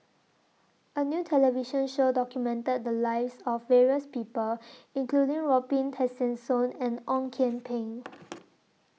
A New television Show documented The Lives of various People including Robin Tessensohn and Ong Kian Peng